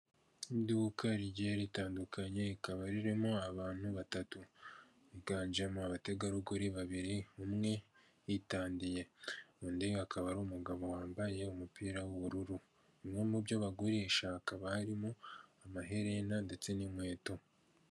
Iduka rigiye ritandukanye rikaba ririmo abantu batatu biganjemo abategarugori babiri, umwe witandiye undi akaba ari umugabo wambaye umupira w'ubururu, bimwe mu byo bagurisha hakaba harimo amaherena ndetse n'ikweto.